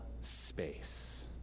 space